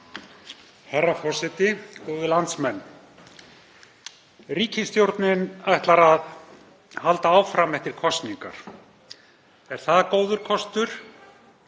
Herra forseti. Góðir landsmenn. Ríkisstjórnin ætlar sér að halda áfram eftir kosningar. Er það góður kostur?